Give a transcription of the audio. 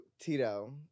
Tito